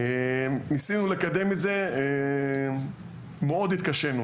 ניסינו לקדם את זה, מאוד התקשינו.